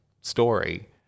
story